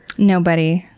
nobody.